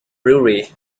brewery